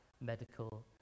medical